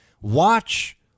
Watch